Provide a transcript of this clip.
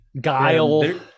guile